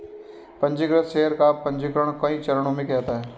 पन्जीकृत शेयर का पन्जीकरण कई चरणों में किया जाता है